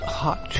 hot